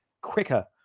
quicker